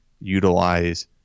utilize